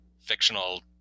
fictional